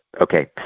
okay